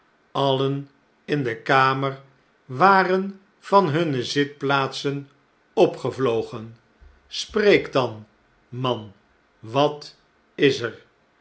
alien in de kamer waren van hunne zitplaatsen opgevlogen spreek dan man wat is er